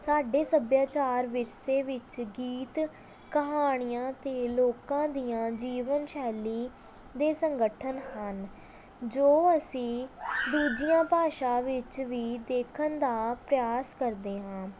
ਸਾਡੇ ਸੱਭਿਆਚਾਰ ਵਿਰਸੇ ਵਿੱਚ ਗੀਤ ਕਹਾਣੀਆਂ ਅਤੇ ਲੋਕਾਂ ਦੀਆਂ ਜੀਵਨ ਸ਼ੈਲੀ ਦੇ ਸੰਗਠਨ ਹਨ ਜੋ ਅਸੀਂ ਦੂਜੀਆਂ ਭਾਸ਼ਾ ਵਿੱਚ ਵੀ ਦੇਖਣ ਦਾ ਪ੍ਰਿਆਸ ਕਰਦੇ ਹਾਂ